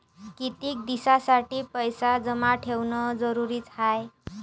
कितीक दिसासाठी पैसे जमा ठेवणं जरुरीच हाय?